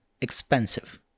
expensive